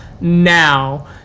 now